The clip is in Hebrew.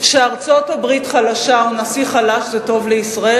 שארצות-הברית חלשה או נשיא חלש זה טוב לישראל?